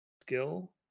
skill